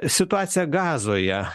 situacija gazoje